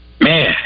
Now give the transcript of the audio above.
Man